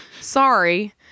Sorry